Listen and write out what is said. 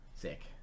Sick